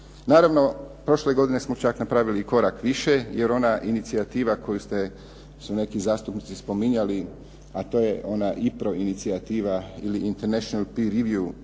Naravno prošle godine smo čak napravili i korak više jer ona inicijativa koju su neki zastupnici spominjali, a to je ona IPRO inicijativa ili "International Prewiev"